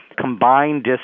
combined